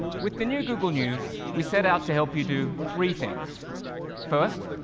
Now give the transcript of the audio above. with the new google news, we set out to help you do three things first,